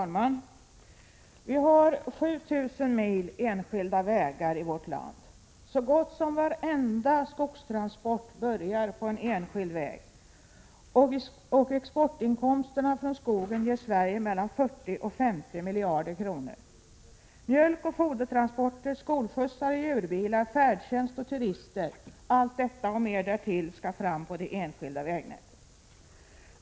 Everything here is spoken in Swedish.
Herr talman! Vi har 7 000 mil enskilda vägar i vårt land. Så gott som varenda skogstransport börjar på en enskild väg, och exportinkomsterna från skogen ger Sverige mellan 40 och 50 miljarder kronor. Mjölkoch fodertransporter, skolskjutsar, djurbilar, färdtjänst och turister — allt detta och mer därtill skall fram på det enskilda vägnätet.